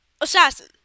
Assassin